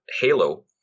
halo